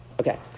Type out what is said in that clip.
Okay